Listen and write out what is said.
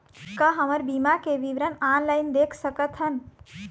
का हमर बीमा के विवरण ऑनलाइन देख सकथन?